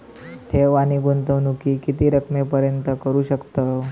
ठेव आणि गुंतवणूकी किती रकमेपर्यंत करू शकतव?